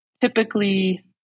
typically